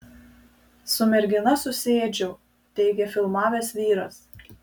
su mergina susiėdžiau teigia filmavęs vyras